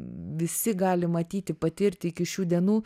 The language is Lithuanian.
visi gali matyti patirti iki šių dienų